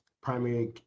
primary